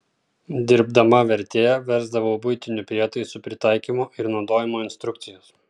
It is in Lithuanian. dirbdama vertėja versdavau buitinių prietaisų pritaikymo ir naudojimo instrukcijas